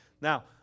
now